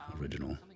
original